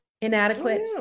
inadequate